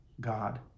God